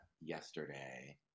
yesterday